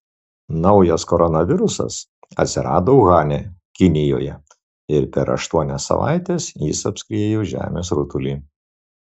naujas koronavirusas atsirado uhane kinijoje ir per aštuonias savaites jis apskriejo žemės rutulį